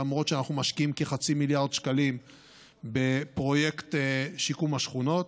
למרות שאנחנו משקיעים כחצי מיליארד שקלים בפרויקט שיקום השכונות.